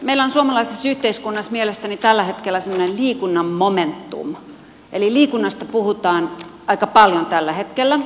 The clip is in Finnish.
meillä on suomalaisessa yhteiskunnassa mielestäni tällä hetkellä liikunnan momentum eli liikunnasta puhutaan aika paljon tällä hetkellä